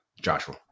Joshua